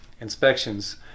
inspections